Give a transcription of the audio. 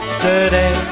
today